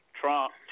Trump